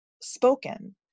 spoken